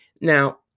now